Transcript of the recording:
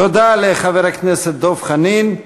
תודה לחבר הכנסת דב חנין.